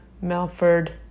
Melford